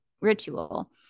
ritual